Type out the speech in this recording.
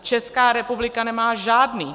Česká republika nemá žádný.